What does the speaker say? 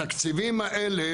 התקציבים האלה,